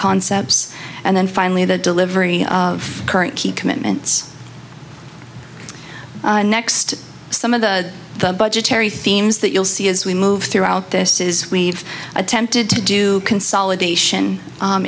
concepts and then finally the delivery of current key commitments next some of the the budgetary themes that you'll see as we move throughout this is we've attempted to do consolidation